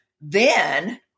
then-